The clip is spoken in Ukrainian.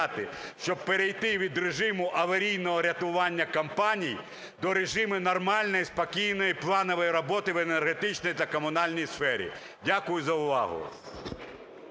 щоб перейти від режиму аварійного рятування компаній до режиму нормальної, спокійної, планової роботи в енергетичній та комунальній сфері. Дякую за увагу.